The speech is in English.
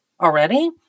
already